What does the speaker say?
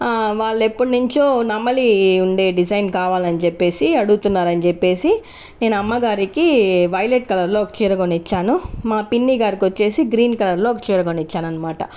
వాళ్ళెప్పుడ్నుంచో నెమలి ఉండే డిజైన్ కావాలని చెప్పేసి అడుగుతున్నారని చెప్పేసి నేను అమ్మగారికి వైలెట్ కలర్లో ఒక చీర కొలిచాను మా పిన్ని గారికి వచ్చేసి గ్రీన్ కలర్లో ఒకచీర కొనిచ్చాను అన్నమాట